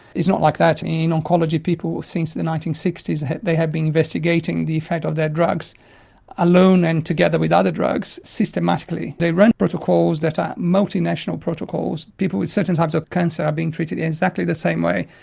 it's not like that. in oncology people since the nineteen sixty s they have been investigating the effect of their drugs alone and together with other drugs systematically. they ran protocols that are multi-national protocols, people with certain types of cancer are being treated in exactly the same way,